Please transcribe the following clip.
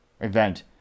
event